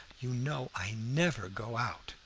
you know i never go out,